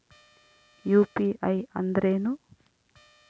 UPI ಅಂದ್ರೇನು?